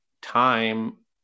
time